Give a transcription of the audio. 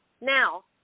now